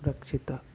రక్షిత